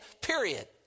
period